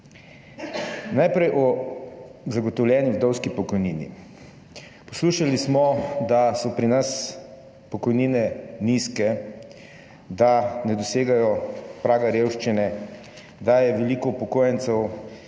Najprej o zagotovljeni vdovski pokojnini. Poslušali smo, da so pri nas pokojnine nizke, da ne dosegajo praga revščine, da se veliko upokojencev